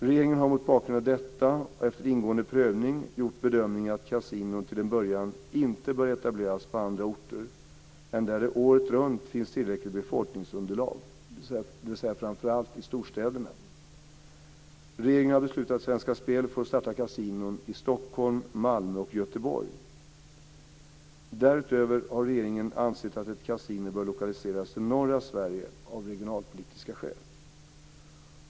Regeringen har mot bakgrund av detta och efter ingående prövning gjort bedömningen att kasinon till en början inte bör etableras på andra orter än där det året runt finns tillräckligt befolkningsunderlag, dvs. framför allt i storstäderna. Regeringen har beslutat att Svenska Spel får starta kasinon i Stockholm, Malmö och Göteborg. Därutöver har regeringen ansett att ett kasino bör lokaliseras till norra Sverige av regionalpolitiska skäl.